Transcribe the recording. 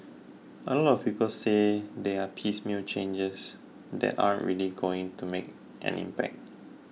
a lot of people say they are piecemeal changes that aren't really going to make an impact